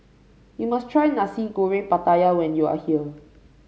you must try Nasi Goreng Pattaya when you are here